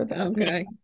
Okay